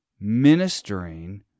ministering